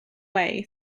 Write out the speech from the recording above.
way